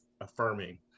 affirming